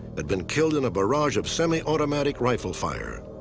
had been killed in a barrage of semiautomatic rifle fire.